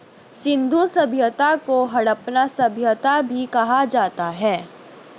सिंधु सभ्यता को हड़प्पा सभ्यता भी कहा जाता है